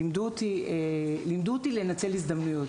לימדו אותי לנצל הזדמנויות